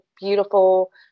beautiful